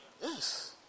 Yes